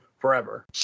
forever